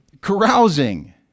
carousing